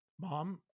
Mom